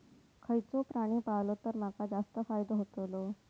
खयचो प्राणी पाळलो तर माका जास्त फायदो होतोलो?